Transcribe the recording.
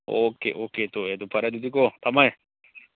okay okay ꯇꯣ ꯐꯔꯦ ꯑꯗꯨꯗꯤ ꯀꯣ ꯊꯝꯃꯦ